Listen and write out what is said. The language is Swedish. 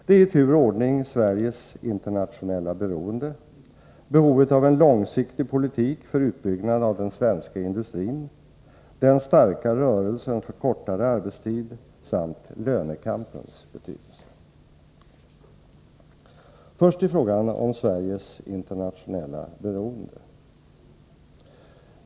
Det är i tur och ordning Sveriges internationella beroende, behovet av en långsiktig politik för utbyggnad av den svenska industrin, den starka rörelsen för kortare arbetstid samt lönekampens betydelse. Först till frågan om Sveriges internationella beroende.